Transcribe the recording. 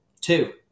Two